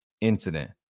incident